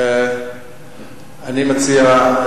אני מציע,